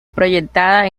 proyectada